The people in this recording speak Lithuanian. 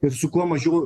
ir su kuo mažiau